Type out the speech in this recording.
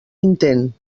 intent